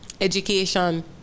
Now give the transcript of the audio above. education